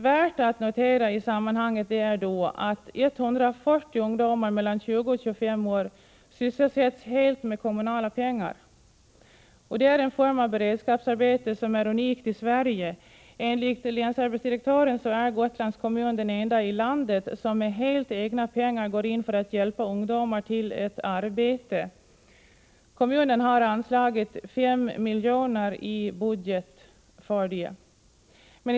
Värt att notera i sammanhanget är att 140 ungdomar mellan 20 och 25 år sysselsätts helt med kommunala pengar. Det är en form av beredskapsarbeten som är unik i Sverige. Enligt länsarbetsdirektören är Gotlands kommun den enda i landet som med helt egna pengar går in för att hjälpa ungdomar till ett arbete. Kommunen har anslagit 5 miljoner i budget för detta ändamål.